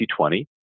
2020